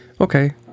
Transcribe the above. okay